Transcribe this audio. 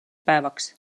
päevaks